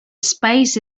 space